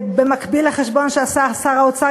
במקביל לחשבון שעשה שר האוצר,